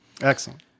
Excellent